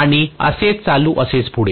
आणिअसेच चालू आणि असेच पुढे